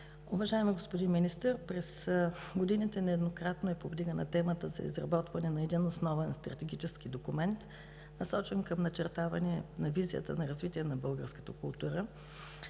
Уважаеми господин Министър, през годините нееднократно е повдигана темата за изработване на един основен стратегически документ, насочен към начертаване на визията за развитие на българската култура.